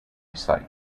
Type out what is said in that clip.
site